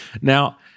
Now